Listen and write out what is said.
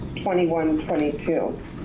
twenty one, twenty two.